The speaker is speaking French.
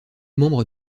membres